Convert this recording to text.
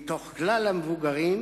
מתוך כלל המבוגרים,